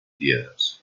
piedras